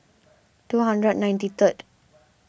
two hundred and ninety third